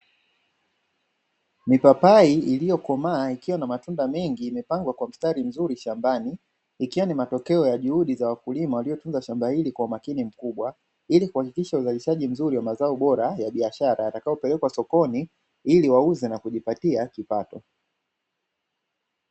Mipapai iliyokomaa ikiwa na matunda mengi imepangwa kwa mstari mzuri shambani ikiwa ni matokeo ya juhudi za wakulima waliotunza shamba hili kwa umakini mkubwa, ili kuhakikisha uzalishaji mzuri wa mazao bora ya biashara yatakayopelekwa sokoni ili wauze na kujipatia kipato.